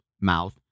mouth